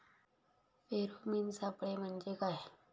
Pheromone सापळे म्हंजे काय?